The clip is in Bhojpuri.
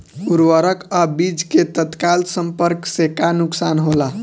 उर्वरक अ बीज के तत्काल संपर्क से का नुकसान होला?